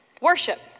Worship